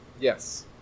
Yes